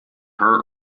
her